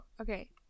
okay